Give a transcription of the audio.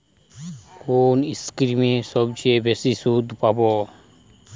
কোন স্কিমে সবচেয়ে বেশি সুদ পাব?